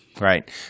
Right